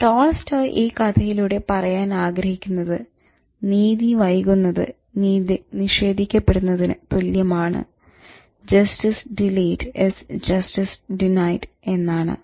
Tolstoy ഈ കഥയിലൂടെ പറയാൻ ആഗ്രഹിക്കുന്നത് "നീതി വൈകുന്നത് നീതി നിഷേധിക്കപെടുന്നതിന് തുല്യമാണ്" എന്നാണ്